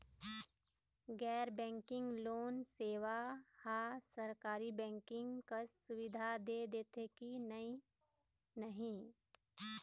गैर banking loan सेवा हा सरकारी बैंकिंग कस सुविधा दे देथे कि नई नहीं?